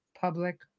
Public